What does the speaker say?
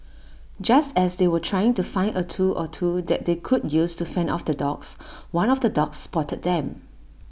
just as they were trying to find A tool or two that they could use to fend off the dogs one of the dogs spotted them